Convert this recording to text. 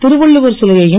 திருவன்ளுவர் சிலையையும்